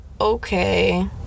okay